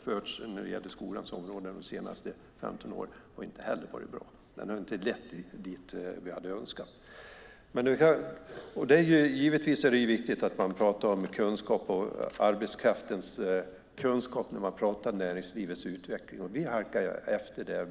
förts på skolans områden de senaste 15 åren inte heller varit bra. Den har inte lett dit vi hade önskat. Givetvis är det viktigt att man talar om kunskap och arbetskraftens kunskap när man talar om näringslivets utveckling. Vi halkar efter där.